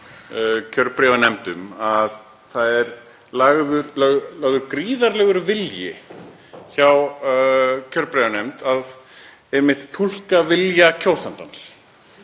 kjörbréfanefndum að það er gríðarlegur vilji hjá kjörbréfanefnd til að túlka vilja kjósandans.